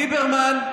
ליברמן,